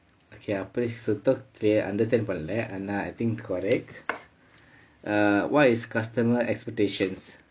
okay அப்படியே சுத்தம்:appadiyae suttham clear understand பண்ணுளே ஆனா:pannulae aanaa I think correct err what is customer expectations